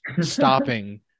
stopping